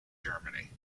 germany